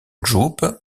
group